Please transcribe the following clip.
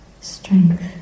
strength